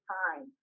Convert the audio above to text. time